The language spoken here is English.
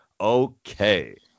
Okay